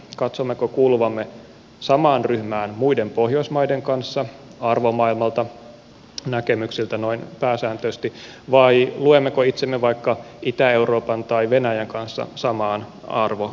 katsommeko kuuluvamme samaan ryhmään muiden pohjoismaiden kanssa arvomaailmalta näkemyksiltä noin pääsääntöisesti vai luemmeko itsemme vaikka itä euroopan tai venäjän kanssa samaan arvoryhmään